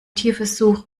tierversuch